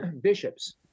bishops